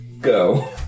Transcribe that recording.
go